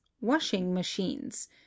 washing-machines